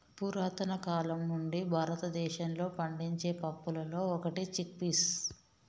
పురతన కాలం నుండి భారతదేశంలో పండించే పప్పులలో ఒకటి చిక్ పీస్